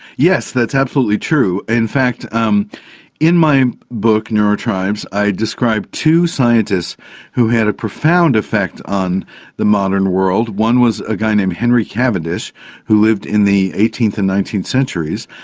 yes, that's absolutely true. in fact um in my book neurotribes i described two scientists who had a profound effect on the modern world. one was a guy named henry cavendish who lived in the eighteenth and nineteenth centuries,